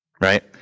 right